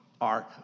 arc